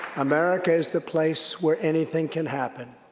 america is the place where anything can happen.